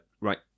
right